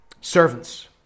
servants